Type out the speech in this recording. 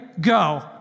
Go